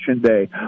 Day